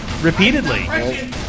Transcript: Repeatedly